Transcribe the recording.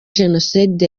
jenoside